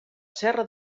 serra